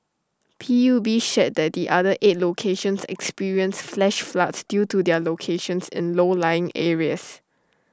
P U B shared that the other eight locations experienced flash floods due to their locations in low lying areas